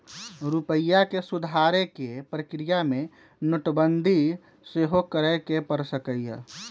रूपइया के सुधारे कें प्रक्रिया में नोटबंदी सेहो करए के पर सकइय